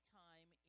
time